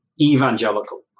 evangelical